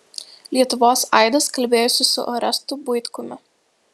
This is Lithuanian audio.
lietuvos aidas kalbėjosi su orestu buitkumi